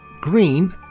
green